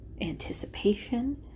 anticipation